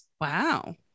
Wow